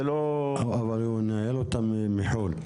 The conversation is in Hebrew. אבל הוא מנהל אותה מחוץ לארץ.